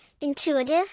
intuitive